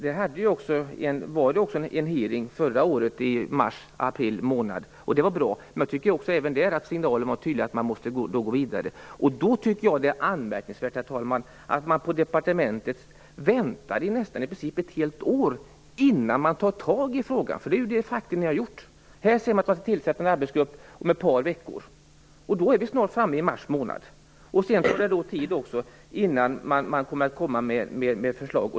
Det anordnades en utfrågning i mars förra året, och det var bra. Även där var signalen tydlig: man måste gå vidare. Då tycker jag att det är anmärkningsvärt, herr talman, att man på departementet i princip väntar ett helt år innan man tar itu med frågan. Det är vad ni har gjort. Det tillsätts en arbetsgrupp om ett par veckor. Då är vi snart framme i mars. Sedan tar det tid innan det kommer några föslag.